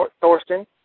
Thorsten